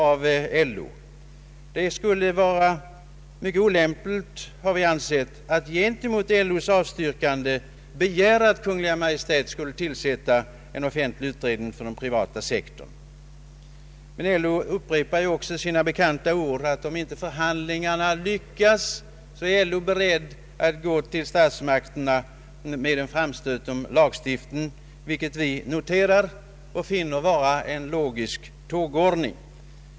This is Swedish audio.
Vi har ansett det olämpligt att mot LO:s avstyrkande begära att Kungl. Maj:t skulle tillsätta en offentlig utredning för den privata sektorn. Men LO upprepar också sina bekanta ord att om förhandlingarna inte lyckas så är LO beredd att gå till statsmakterna med en framstöt om lagstiftning. Utskottet noterar detta och finner det vara en 1ogisk tågordning.